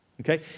Okay